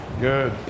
Good